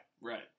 Right